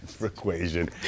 equation